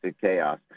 chaos